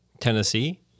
Tennessee